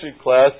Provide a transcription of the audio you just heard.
class